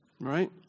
right